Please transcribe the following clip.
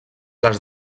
les